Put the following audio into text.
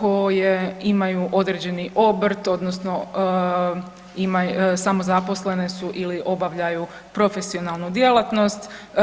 koje imaju određeni obrt odnosno samozaposlene su ili obavljaju profesionalnu djelatnost.